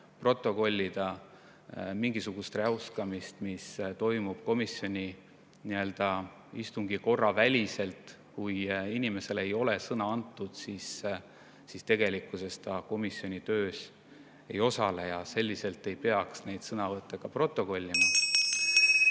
protokollida mingisugust räuskamist, mis toimub komisjoni istungi korra vastaselt. Kui inimesele ei ole sõna antud, siis tegelikkuses ta komisjoni töös ei osale ja selliseid sõnavõtte ei peaks ka protokollima.